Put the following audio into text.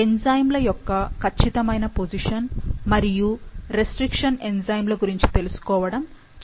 ఎంజైమ్ల యొక్క ఖచ్చితమైన పొజిషన్ మరియు రెస్ట్రిక్షన్ ఎంజైమ్ల గురించి తెలుసుకోవడం చాలా ముఖ్యము